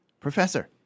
Professor